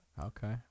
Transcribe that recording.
okay